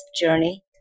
journey